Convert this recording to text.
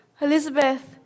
Elizabeth